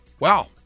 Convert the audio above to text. Wow